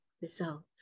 results